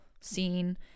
scene